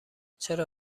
چرا